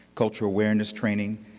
cultural awareness training,